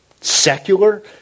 secular